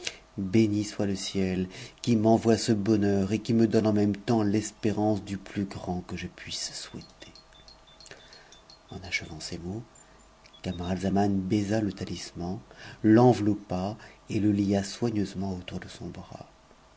béni soit le ciel qui m'envoie ce bonheur et qui me donne en même temps l'espérance du plus grand que je puisse souhaiter en achevant ces mots camaralzaman baisa le talisman t'enveloppa et le lia soigneusement autour de son bras